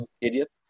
idiot